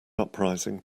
uprising